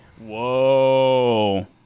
Whoa